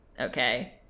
okay